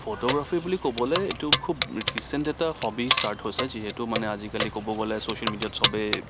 photography বুলি ক'বলৈ এইটো খুউব ৰিচেন্ট এটা হবি ষ্টাৰ্ট হৈছে যিহেতু মানে আজিকালি ক'ব গ'লে ছচিয়েল মিডিয়াত চবে